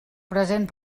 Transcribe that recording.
present